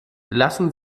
lassen